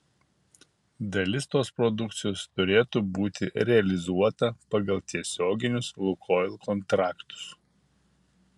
dalis tos produkcijos turėtų būti realizuota pagal tiesioginius lukoil kontraktus